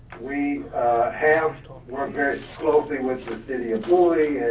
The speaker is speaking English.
we have worked very closely with the city of bowie,